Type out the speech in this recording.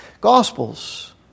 Gospels